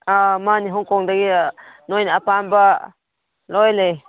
ꯃꯥꯅꯤ ꯍꯣꯡ ꯀꯣꯡꯗꯒꯤ ꯅꯣꯏꯅ ꯑꯄꯥꯝꯕ ꯂꯣꯏ ꯂꯩ